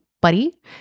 buddy